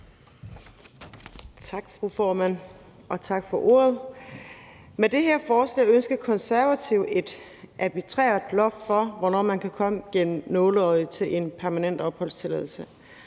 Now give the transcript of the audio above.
Tak for ordet, fru formand. Med det her forslag ønsker Konservative et arbitrært loft for, hvornår man kan komme gennem nåleøjet til en permanent opholdstilladelse.